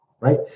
right